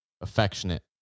affectionate